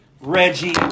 Reggie